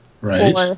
Right